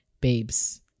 babes